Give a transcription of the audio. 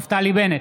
נפתלי בנט,